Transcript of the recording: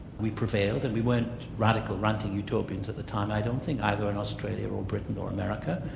we prevailed and we weren't radical ranting utopians at the time, i don't think either in australia or or britain or america.